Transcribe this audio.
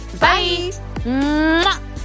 Bye